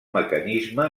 mecanisme